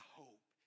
hope